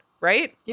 right